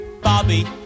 Bobby